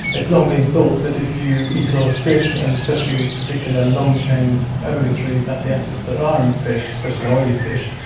long been thought that if you eat a lot of fish, and especially these particular long-chain omega three fatty acids that are in fish, especially oily fish,